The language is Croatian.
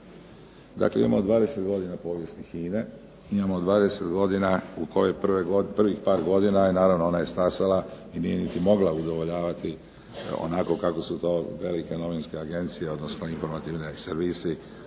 Dakle, imamo 20 godina povijesti HINA-e, imamo 20 godina u koje prvih par godina je naravno ona je stasala i nije niti mogla udovoljavati onako kako su to velike novinske agencije, odnosno informativni servisi